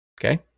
Okay